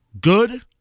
good